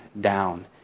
down